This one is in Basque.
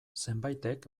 zenbaitek